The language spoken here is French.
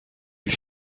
lui